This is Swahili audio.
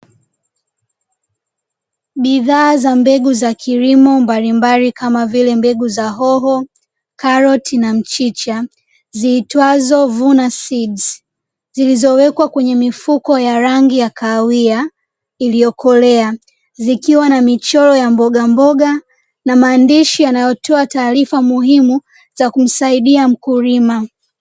Bidhaa za mbegu za kilimo mbalimbali kama vile mbegu za hoho, karoti na mchicha ziitwazo "vuna seeds"zilizowekwa kwenye kwenye mifuko ya rangi ya kahawia iliyokolea zikiwa na michoro ya mboga mboga na maandishi yanayotoa taarifa muhimu za kumsaidia mkulima